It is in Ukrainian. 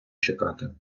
чекати